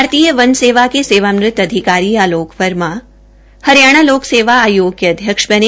भारतीय वन सेवा के सेवानिवृत अधिकारी आलोक वर्मा हरियाणा लोक सेवा आयोग के अध्यक्ष बने